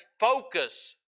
focus